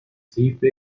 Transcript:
طیف